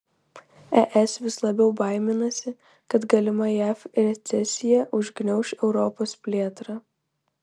es vis labiau baiminasi kad galima jav recesija užgniauš europos plėtrą